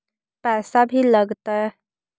पैसा भी लगतय?